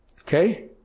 Okay